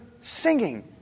singing